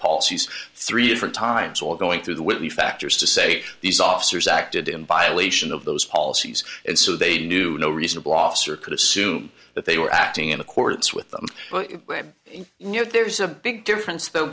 policies three different times all going through the would be factors to say these officers acted in violation of those policies and so they knew no reasonable officer could assume that they were acting in accordance with them but you know there's a big difference though